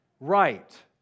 right